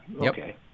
Okay